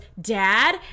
Dad